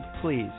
please